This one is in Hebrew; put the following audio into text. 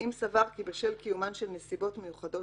"אם סבר כי בשל קיומן של נסיבות מיוחדות